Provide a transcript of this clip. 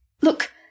Look